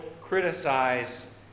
criticize